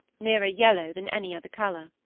nearer yellow than any other colour.